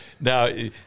now